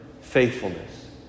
faithfulness